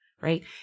right